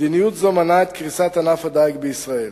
מדיניות זו מנעה את קריסת ענף הדיג בישראל.